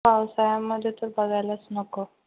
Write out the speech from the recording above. पावसाळ्यामध्ये तर बघायलाच नको